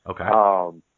Okay